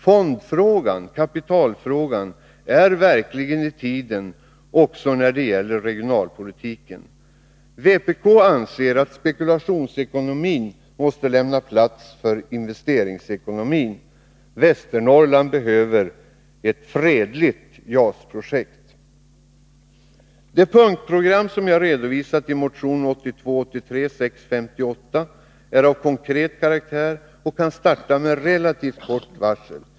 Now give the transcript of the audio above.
Fondfrågan-kapitalfrågan ligger verkligen i tiden också när det gäller regionalpolitiken. Vpk anser att spekulationsekonomin måste lämna plats för investeringsekonomin! Västernorrland behöver ett fredligt JAS-projekt. Det punktprogram som jag redovisat i motion 1982/83:658 är av konkret karaktär och kan startas med relativt kort varsel.